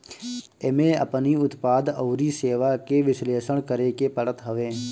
एमे अपनी उत्पाद अउरी सेवा के विश्लेषण करेके पड़त हवे